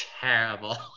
Terrible